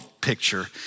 picture